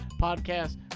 Podcast